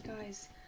guys